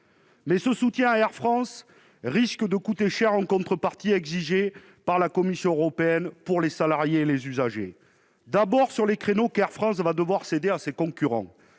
an. Ce soutien à Air France risque de coûter cher en contreparties exigées par la Commission européenne, au détriment des salariés et des usagers. S'agissant des créneaux qu'Air France va devoir céder à ses concurrents,